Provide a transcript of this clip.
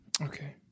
Okay